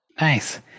Nice